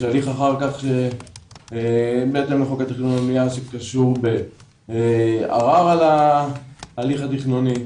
אחר כך יש הליך בהתאם לחוק התכנון והבניה שקשור בערר על ההליך התכנוני.